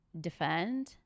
defend